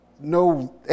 no